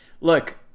look